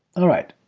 all right,